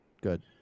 Good